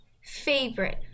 favorite